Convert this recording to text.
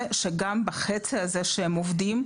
בחצי הזה שהם עובדים,